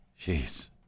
Jeez